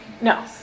No